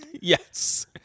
Yes